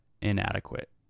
inadequate